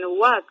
work